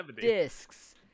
discs